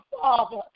Father